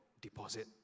deposit